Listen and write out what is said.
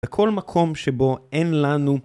בכל מקום שבו אין לנו